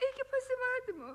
iki pasimatymo